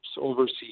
overseas